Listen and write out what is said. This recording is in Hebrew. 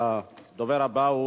הדובר הבא הוא